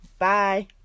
Bye